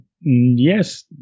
yes